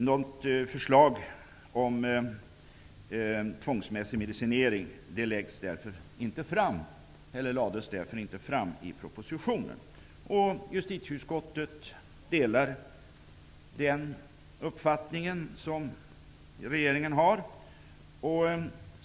Något förslag om tvångsmässig medicinering lades därför inte fram i propositionen. Justitieutskottet delar regeringens uppfattning.